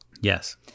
Yes